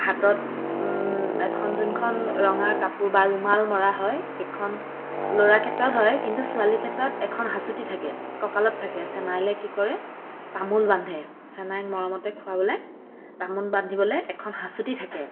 হাতত এখন যোনখন ৰঙা কাপোৰ বা ৰুমাল মৰা হয় সেইখন ল'ৰাৰ ক্ষেত্ৰত হয় কিন্তু ছোৱালীৰ ক্ষেত্ৰত এখন হাঁচতি থাকে ককালত থাকে চেনাইলৈ কি কৰে তামোল বান্ধে চেনাইক মৰমতে খোৱাবলৈ তামোল বান্ধিবলৈ এখন হাঁচতি থাকে